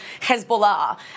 Hezbollah